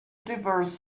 diverse